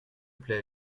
plait